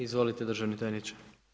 Izvolite državni tajniče.